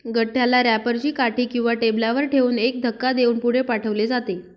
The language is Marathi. गठ्ठ्याला रॅपर ची काठी किंवा टेबलावर ठेवून एक धक्का देऊन पुढे पाठवले जाते